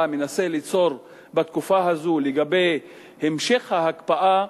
מנסה ליצור בתקופה הזאת לגבי המשך ההקפאה,